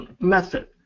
method